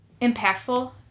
impactful